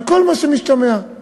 על כל מה שמשתמע מכך.